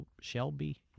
Shelby